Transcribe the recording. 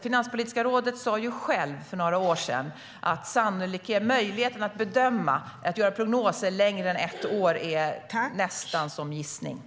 Finanspolitiska rådet sa själv för några år sedan att det nästan är som gissningar att göra prognoser som sträcker sig längre än ett år.